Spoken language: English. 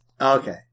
okay